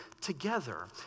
together